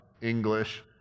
English